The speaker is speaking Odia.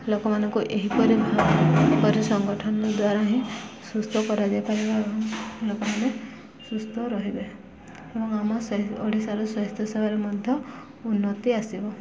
ଲୋକମାନଙ୍କୁ ଏହିପରି ଏହିପରି ସଂଗଠନ ଦ୍ୱାରା ହିଁ ସୁସ୍ଥ କରାଯାଇପାରିବ ଏବଂ ଲୋକମାନେ ସୁସ୍ଥ ରହିବେ ଏବଂ ଆମ ସେ ଓଡ଼ିଶାର ସ୍ୱାସ୍ଥ୍ୟ ସେବାରେ ମଧ୍ୟ ଉନ୍ନତି ଆସିବ